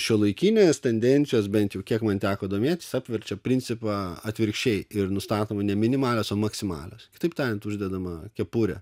šiuolaikinės tendencijos bent jau kiek man teko domėtis apverčiau principą atvirkščiai ir nustatoma ne minimalios o maksimalios kitaip tariant uždedama kepurė